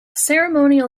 ceremonial